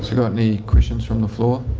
got any questions from the floor?